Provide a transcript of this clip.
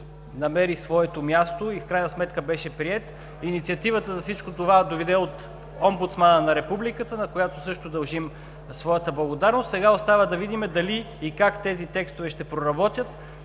намери своето място и в крайна сметка беше приет. Инициативата за всичко това дойде от омбудсмана на Републиката, на която също дължим своята благодарност. Сега остава да видим дали и как тези текстове ще проработят